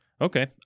Okay